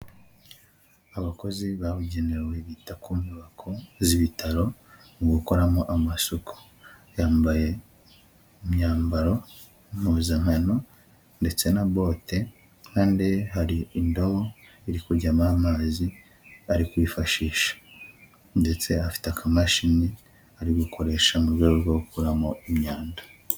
Aabakozi babugenewe bita ku nyubako z'ibitaro mu gukoramo amasuku. Yambaye imyambaro y'impuzankano ndetse na bote kandi hari indobo iri kujyamo amazi ari kwifashisha, ndetse afite akamashini ari gukoresha mu rwego rwo gukuramo imyanda.